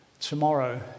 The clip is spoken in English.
tomorrow